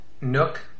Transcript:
nook